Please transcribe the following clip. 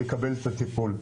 לקבל את הטיפול.